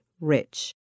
rich